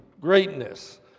greatness